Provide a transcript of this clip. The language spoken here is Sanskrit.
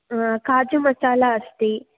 काजुमसाला अस्ति